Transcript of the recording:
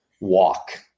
walk